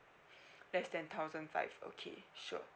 less than thousand five okay sure